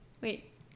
Wait